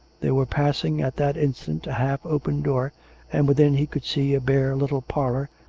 they were passing at that instant a half-open door and within he could see a bare little parlour,